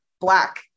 Black